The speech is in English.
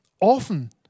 often